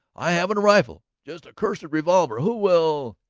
i haven't a rifle, just a cursed revolver. who will.